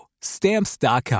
Stamps.com